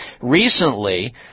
Recently